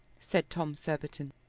said tom surbiton,